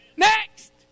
Next